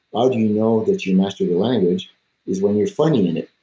ah do you know that you mastered the language is when you're funny in it,